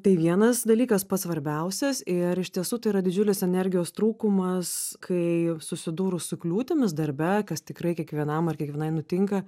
tai vienas dalykas pats svarbiausias ir iš tiesų tai yra didžiulis energijos trūkumas kai susidūrus su kliūtimis darbe kas tikrai kiekvienam ar kiekvienai nutinka